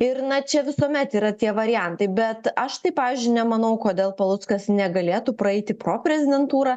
ir na čia visuomet yra tie variantai bet aš tai pavyzdžiui nemanau kodėl paluckas negalėtų praeiti pro prezidentūrą